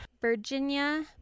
Virginia